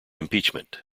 impeachment